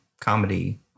comedy